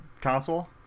console